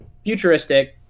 Futuristic